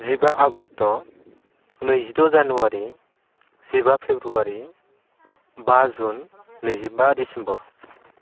जिबा आगष्ट' नैजिद' जानुवारी जिबा फेब्रुवारी बा जुन नैजिबा डिसेम्बर